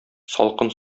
салкын